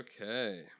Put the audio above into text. Okay